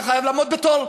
אתה חייב לעמוד בתור,